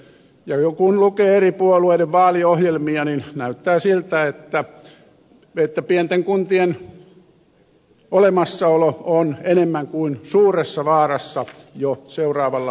ja kun jo lukee eri puolueiden vaaliohjelmia näyttää siltä että pienten kuntien olemassaolo on enemmän kuin suuressa vaarassa jo seuraavalla vaalikaudella